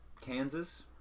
Kansas